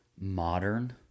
modern